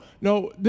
no